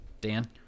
Dan